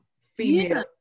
female